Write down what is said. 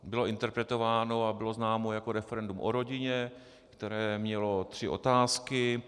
Bylo interpretováno a bylo známo jako referendum o rodině, které mělo tři otázky.